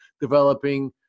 developing